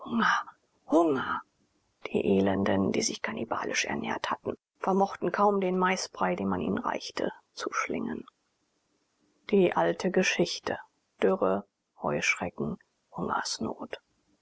hunger die elenden die sich kannibalisch ernährt hatten vermochten kaum den maisbrei den man ihnen reichte zu schlingen die alte geschichte dürre heuschrecken hungersnot